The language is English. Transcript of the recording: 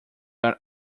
are